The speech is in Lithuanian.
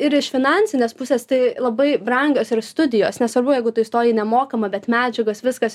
ir iš finansinės pusės tai labai brangios ir studijos nesvarbu jeigu tu įstojai į nemokamą bet medžiagos viskas